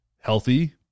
healthy